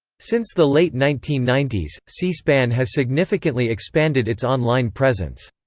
since the late nineteen ninety s, c-span has significantly expanded its online presence.